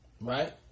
Right